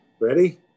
Ready